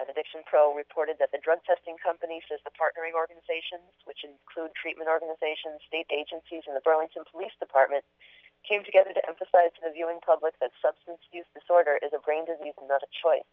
an addiction pro reported that the drug testing company says the partnering organizations which include treatment organizations state agencies and the burlington police department came together to emphasize the viewing public that substance abuse disorder is a brain disease and not a choice